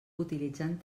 utilitzant